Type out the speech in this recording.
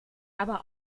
aber